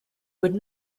would